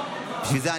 זה?